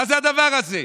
מה זה הדבר הזה?